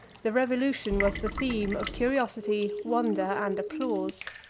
the revolution was the theme of curiosity, wonder, and applause.